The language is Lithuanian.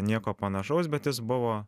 nieko panašaus bet jis buvo